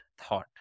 thought